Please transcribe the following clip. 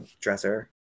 dresser